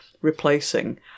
replacing